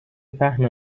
فهم